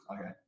Okay